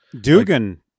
Dugan